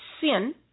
sin